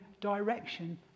direction